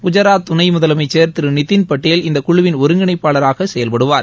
குஜராத் துணை முதலமைச்சர் திரு நிதின் படேல் இந்த குழுவின் ஒருங்கிணைப்பாளராக செயல்படுவார்